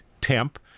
temp